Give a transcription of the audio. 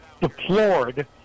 deplored